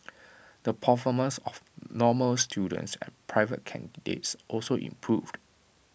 the performance of normal students and private candidates also improved